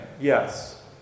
yes